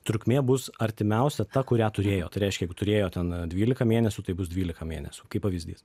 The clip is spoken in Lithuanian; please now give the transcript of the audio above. trukmė bus artimiausia ta kurią turėjo tai reiškia turėjo ten dvylika mėnesių tai bus dvylika mėnesių kaip pavyzdys